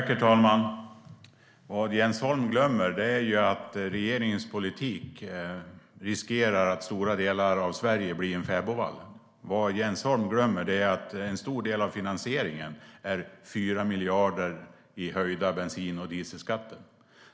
Herr talman! Jens Holm glömmer att regeringens politik riskerar att leda till att stora delar av Sverige blir en fäbodvall. Jens Holm glömmer att en stor del av finansieringen kommer från 4 miljarder i höjda bensin och dieselskatter.